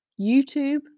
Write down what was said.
YouTube